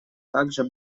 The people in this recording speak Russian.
также